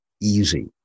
easy